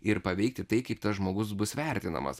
ir paveikti tai kaip tas žmogus bus vertinamas